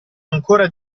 ancora